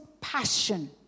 passion